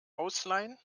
ausleihen